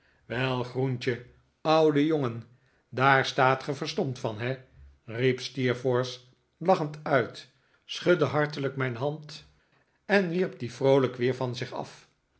wel groentje oude jongen daar staat ge verstomd van he riep steerforth lachend uit schudde hartelijk mijn hand en wierp die vroolijk weer van zich af